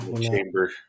chamber